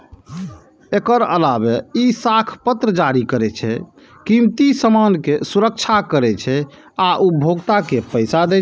एकर अलावे ई साख पत्र जारी करै छै, कीमती सामान के सुरक्षा करै छै आ उपभोक्ता के पैसा दै छै